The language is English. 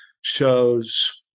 shows